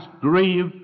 grieve